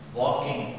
walking